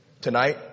Tonight